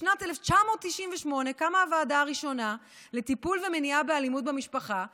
בשנת 1998 קמה הוועדה הראשונה לטיפול באלימות במשפחה ולמניעתה.